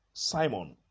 Simon